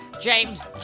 James